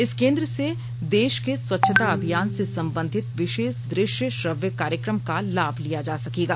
इस केन्द्र से देश के स्वच्छता अभियान से संबंधित विशेष दृश्य श्रव्य कार्यक्रम का लाभ लिया जा सकेगा